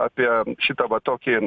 apie šitą va tokį